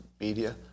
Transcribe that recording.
media